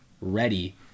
ready